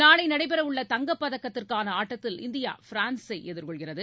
நாளைநடைபெறவுள்ள தங்கப்பதக்கத்திற்கானஆட்டத்தில் இந்தியா பிரான்ஸை எதிர்கொள்கிறது